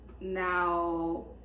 now